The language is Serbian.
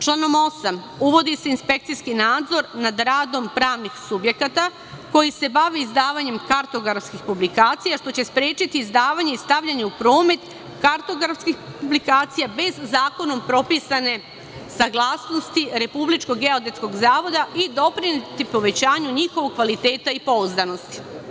Članom 8. uvodi se inspekcijski nadzor nad radom pravnih subjekata, koji se bavi izdavanjem kartografskih publikacija, što će sprečiti izdavanje i stavljanje u promet kartografskih publikacija bez zakonom propisane saglasnosti Republičkog geodetskog zavoda i doprineti povećanju njihovog kvaliteta i pouzdanosti.